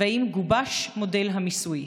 האם גובש מודל המיסוי?